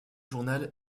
journal